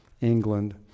England